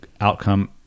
outcome